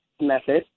method